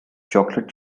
chocolate